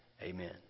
amen